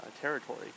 territory